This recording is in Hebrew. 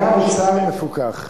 היה מוצר מפוקח.